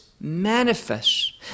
manifest